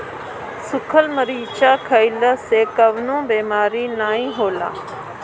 सुखल मरीचा खईला से कवनो बेमारी नाइ होला